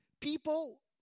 people